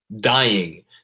dying